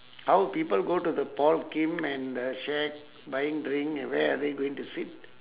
how would people go to the paul kim and the shack buying drink and where are they going to sit